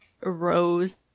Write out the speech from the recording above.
rose